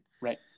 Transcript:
right